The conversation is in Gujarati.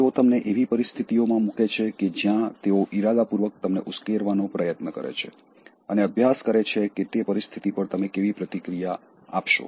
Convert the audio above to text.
તેઓ તમને એવી પરિસ્થિતિઓમાં મૂકે છે કે જ્યાં તેઓ ઇરાદાપૂર્વક તમને ઉશ્કેરવાનો પ્રયત્ન કરે છે અને અભ્યાસ કરે છે કે તે પરિસ્થિતિ પર તમે કેવી પ્રતિક્રિયા આપશો